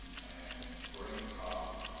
and bring up